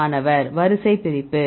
மாணவர் வரிசை பிரிப்பு